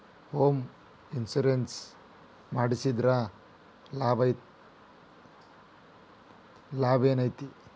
Home insurance ಮಡ್ಸಿದ್ರ ಲಾಭೆನೈತಿ?